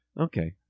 okay